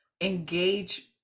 engage